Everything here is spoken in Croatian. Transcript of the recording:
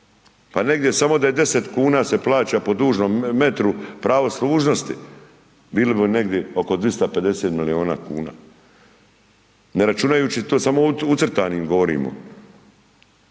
pa negdje samo da je 10,00 kn se plaća po dužnom metru pravo služnosti, bilo bi negdi oko 250 milijuna kuna, ne računajući, to samo o ucrtanim govorimo,